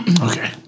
Okay